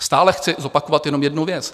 Stále chci zopakovat jenom jednu věc.